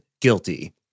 guilty